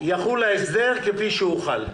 יחול ההסדר כפי שהוא חל.